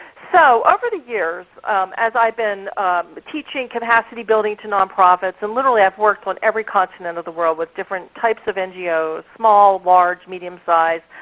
so over the years as i've been teaching capacity building to nonprofits, and literally i've worked on every continent in the world with different types of ngos, small, large, medium sized.